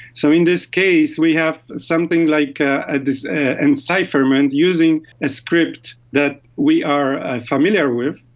so in this case we have something like ah ah this encipherment using a script that we are familiar with,